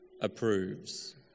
approves